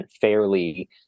fairly